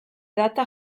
data